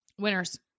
Winners